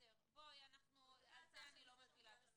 על זה אני לא מפילה את הסיפור.